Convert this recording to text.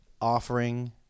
offering